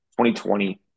2020